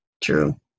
True